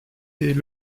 est